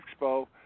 Expo